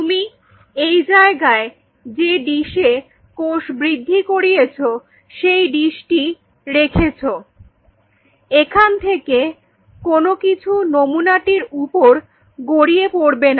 তুমি এই জায়গায় যে ডিসে কোষ বৃদ্ধি করিয়েছো সেই ডিসটি রেখেছো এখান থেকে কোন কিছু নমুনাটির উপর গড়িয়ে পড়বে না